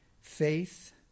faith